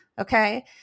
Okay